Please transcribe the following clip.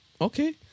Okay